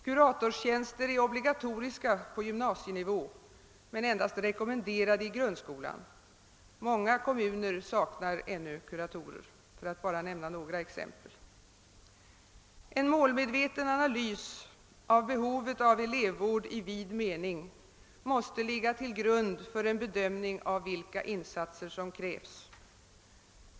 Kuratorstjänster är obligatoriska på gymnasienivå men endast rekommenderade i grundskolan, och många kommuner saknar ännu kuratorer, för att bara nämna några exempel. En målmedveten analys av behovet av elevvård i vid mening måste ligga till grund för en bedömning av vilka insatser som krävs.